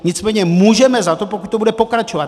Nicméně můžeme za to, pokud to bude pokračovat.